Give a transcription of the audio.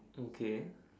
okay